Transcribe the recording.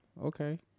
okay